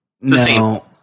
No